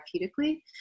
therapeutically